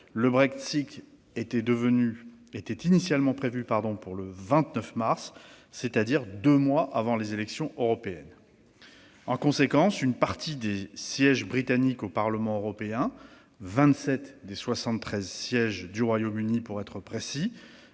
le Brexit était initialement prévu pour le 29 mars dernier, c'est-à-dire deux mois avant les élections européennes. En conséquence, une partie des sièges britanniques au Parlement européen- vingt-sept des soixante-treize sièges, pour être précis